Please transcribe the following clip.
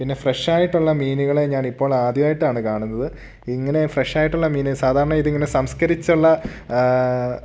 പിന്നെ ഫ്രഷായിട്ടുള്ള മീനുകളെ ഞാനിപ്പോളാദ്യമായിട്ടാണ് കാണുന്നത് ഇങ്ങനെ ഫ്രഷായിട്ടുള്ള മീനെ സാധാരണ ഇത് ഇങ്ങനെ സംസ്കരിച്ചുള്ള